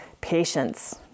patience